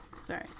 sorry